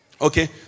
Okay